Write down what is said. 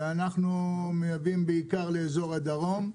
ואנחנו מייבאים בעיקר לאיזור הדרום.